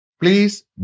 Please